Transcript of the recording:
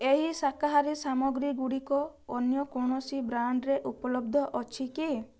ଏହି ଶାକାହାରୀ ସାମଗ୍ରୀଗୁଡ଼ିକ ଅନ୍ୟ କୌଣସି ବ୍ରାଣ୍ଡ୍ରେ ଉପଲବ୍ଧ ଅଛି କି